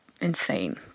insane